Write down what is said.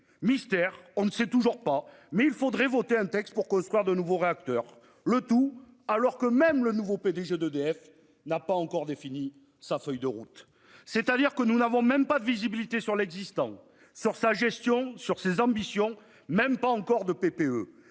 Mystère ! On ne sait toujours pas, mais il faudrait voter un texte pour construire de nouveaux réacteurs, le tout alors que même le nouveau PDG d'EDF n'a pas encore défini sa feuille de route. En d'autres termes, nous n'avons même pas de visibilité sur l'existant, sur sa gestion, sur les ambitions, et même pas encore de PPE.